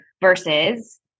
versus